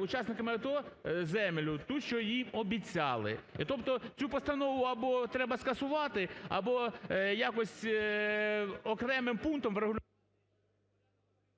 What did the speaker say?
учасниками АТО землю ту, що їм обіцяли. Тобто цю постанову або треба скасувати, або якось окремим пунктом врегулювати.